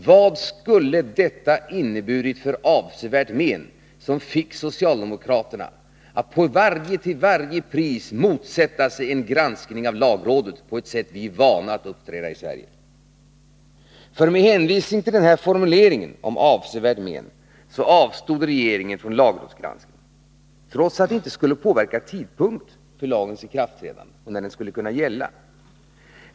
Vad var det för ”avsevärt men” som fick socialdemokraterna att till varje pris motsätta sig att förslaget granskades av lagrådet på ett sätt som vi är vana vid i Sverige? Med hänvisning till denna formulering om avsevärt men avstod regeringen från lagrådsgranskning, trots att en sådan inte skulle ha påverkat tidpunkten för lagens ikraftträdande, dvs. när den skulle kunna börja gälla.